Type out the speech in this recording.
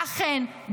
ואכן,